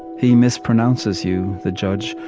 he mispronounces you the judge,